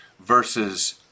Versus